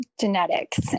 genetics